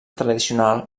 tradicional